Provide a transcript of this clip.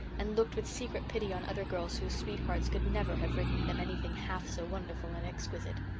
and looked with secret pity on other girls whose sweethearts could never have written them anything half so wonderful and exquisite.